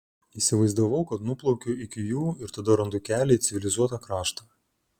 įsivaizdavau kad nuplaukiu iki jų ir tada randu kelią į civilizuotą kraštą